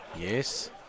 Yes